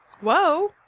Whoa